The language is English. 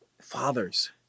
fathers